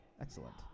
Excellent